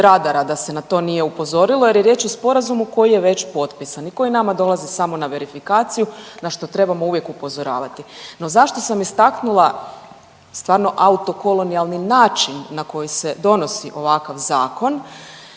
da se na to nije upozorilo, jer je riječ o sporazumu koji je već potpisan i koji nama dolazi samo na verifikaciju na što trebamo uvijek upozoravati. No zašto sam istaknula stvarno autokolonijalni način na koji se donosi ovakav zakon